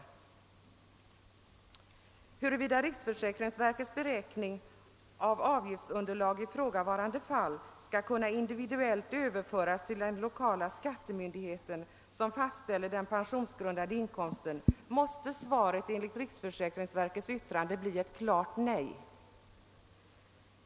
På frågan, om riksförsäkringsverkets beräkning av avgiftsunderlag i ifrågavarande fall skall kunna individuellt överföras till den lokala skattemyndigheten som fastställer den pensionsgrundande inkomsten, måste svaret enligt riksförsäkringsverkets yttrande bli ett klart nej.